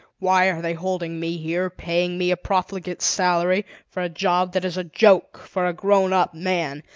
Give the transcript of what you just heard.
why are they holding me here, paying me a profligate salary, for a job that is a joke for a grown-up man?